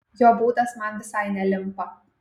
jo būdas man visai nelimpa